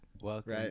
Welcome